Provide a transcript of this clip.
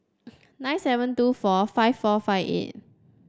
nine seven two four five four five eight